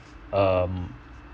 um